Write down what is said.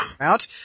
out